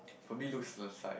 for me looks aside